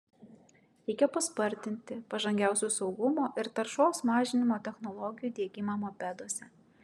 reikia paspartinti pažangiausių saugumo ir taršos mažinimo technologijų diegimą mopeduose